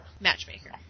matchmaker